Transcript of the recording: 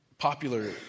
popular